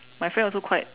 my friend also quite